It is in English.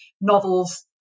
novels